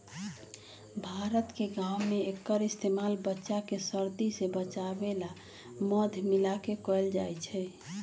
भारत के गाँव में एक्कर इस्तेमाल बच्चा के सर्दी से बचावे ला मध मिलाके कएल जाई छई